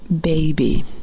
baby